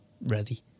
ready